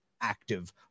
active